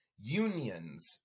unions